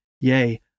Yea